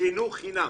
בחינוך חינם.